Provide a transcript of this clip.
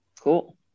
Cool